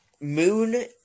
moon